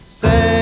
say